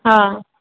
हा